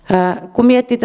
kun miettii